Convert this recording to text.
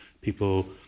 people